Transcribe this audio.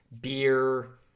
beer